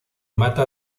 mata